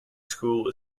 school